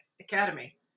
Academy